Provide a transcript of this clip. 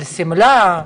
על שמלה,